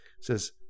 says